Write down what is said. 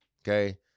Okay